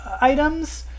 Items